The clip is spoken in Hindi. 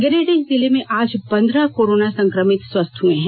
गिरिडीह जिले में आज पंद्रह कोरोना संक्रमित स्वस्थ हुए हैं